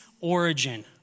origin